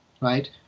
right